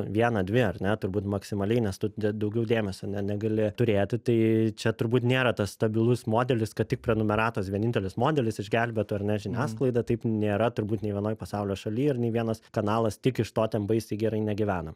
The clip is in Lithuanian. vieną dvi ar ne turbūt maksimaliai nes tu da daugiau dėmesio ne negali turėti tai čia turbūt nėra tas stabilus modelis kad tik prenumeratos vienintelis modelis išgelbėtų ar ne žiniasklaidą taip nėra turbūt nei vienoj pasaulio šaly ir nei vienas kanalas tik iš to ten baisiai gerai negyvena